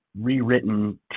rewritten